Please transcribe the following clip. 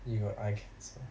you got eye cancer